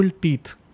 teeth